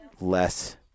less